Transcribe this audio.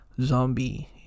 zombie